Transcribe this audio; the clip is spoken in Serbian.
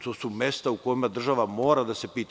To su mesta u kojima država mora da se pita.